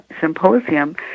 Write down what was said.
symposium